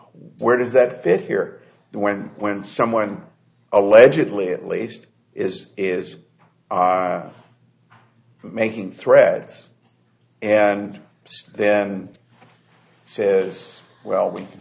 where does that fit here when when someone allegedly at least is is making threats and then says well w